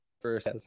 first